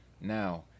Now